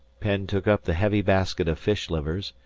penn took up the heavy basket of fish-livers,